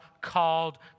called